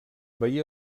veié